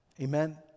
Amen